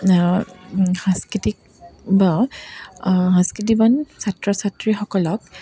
সাংস্কৃতিক বা সাংস্কৃতিৱান ছাত্ৰ ছাত্ৰীসকলক